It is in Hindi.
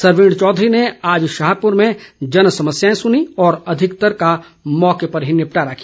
सरवीण चौधरी ने आज शाहपुर में जनसमस्याएं सुनी और अधिकतर का मौके पर ही निपटारा किया